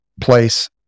place